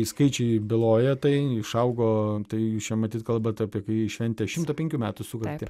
skaičiai byloja tai išaugo tai jūs čia matyt kalbat apie kai jie šventė šimto penkių metų sukaktį